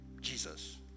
Jesus